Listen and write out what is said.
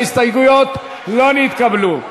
ההסתייגויות לא נתקבלו.